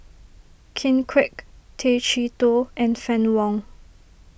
Ken Kwek Tay Chee Toh and Fann Wong